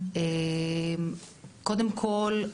קודם כל,